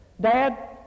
Dad